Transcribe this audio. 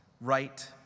right